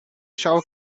shower